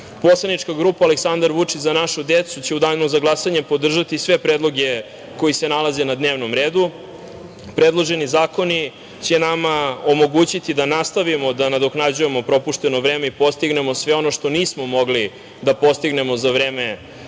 grupa Aleksandar Vučić – Za našu decu će u danu za glasanje podržati sve predloge koji se nalaze na dnevnom redu. Predloženi zakoni će nama omogućiti da nastavimo da nadoknađujemo propušteno vreme i postignemo sve ono što nismo mogli da postignemo za vreme